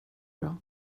bra